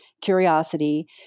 curiosity